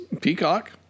Peacock